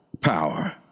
power